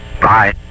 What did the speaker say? Bye